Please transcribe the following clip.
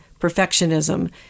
perfectionism